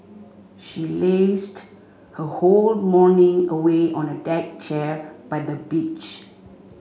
she lazed her whole morning away on a deck chair by the beach